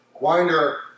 Winder